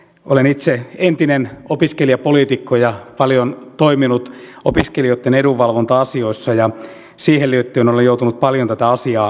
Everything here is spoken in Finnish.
olen itse entinen opiskelijapoliitikko ja paljon toiminut opiskelijoitten edunvalvonta asioissa ja siihen liittyen olen joutunut paljon tätä asiaa miettimään